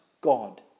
God